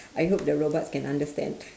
I hope the robots can understand